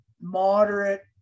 moderate